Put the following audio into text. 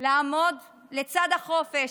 לעמוד לצד החופש,